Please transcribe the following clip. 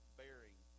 bearing